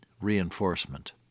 reinforcement